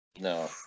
No